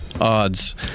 odds